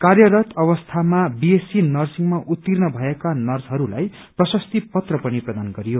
कार्यरत अवस्थामा बीएससी नर्सिगंमा उत्तीर्ण भएर नर्सहरूलाई प्रशस्ती पत्र पनि प्रदान गरियो